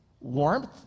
Warmth